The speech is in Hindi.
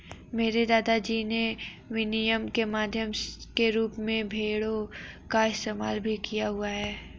मेरे दादा जी ने विनिमय के माध्यम के रूप में भेड़ों का इस्तेमाल भी किया हुआ है